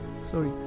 Sorry